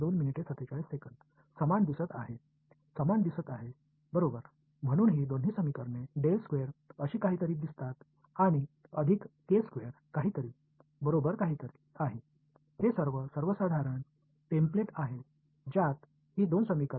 ஒரே மாதிரியாக தெரிகிறது எனவே இந்த இரண்டு சமன்பாடுகளும் இது ஏதோ ஒன்று போலவும் ஏதோ ஒன்றுக்கு சமமாகவும் இருக்கும் இந்த இரண்டு சமன்பாடுகளும் பொருந்தக்கூடிய பொதுவான டெம்பிலேட் ஆக தெரிகிறது